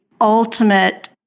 ultimate